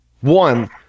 one